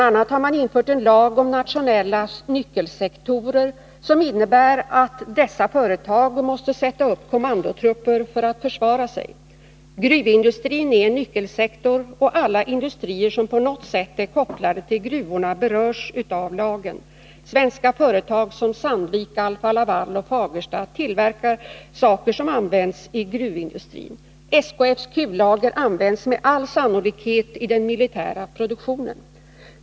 a. har man infört en lag om ”nationella nyckelsektorer” som innebär att vissa företag måste sätta upp kommandotrupper för att försvara sig. Gruvindustrin är en nyckelsektor, och alla industrier som på något sätt är kopplade till gruvorna berörs av lagen. Svenska företag som Sandvik, Alfa Laval och Fagersta tillverkar saker som används i gruvindustrin. SKF:s kullager används med all sannolikhet i den militära produktionen.